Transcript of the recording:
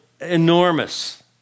enormous